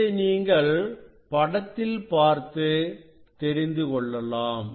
இதை நீங்கள் படத்தில் பார்த்து தெரிந்துகொள்ளலாம்